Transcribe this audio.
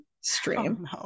stream